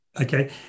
okay